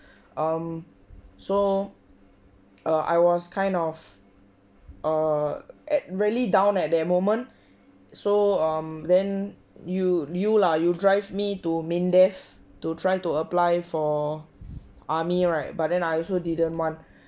um so err I was kind of a at really down at that moment so um then you you la you drive me to MINDEF to try to apply for army right but then I also didn't want